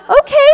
Okay